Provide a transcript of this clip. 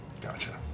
Gotcha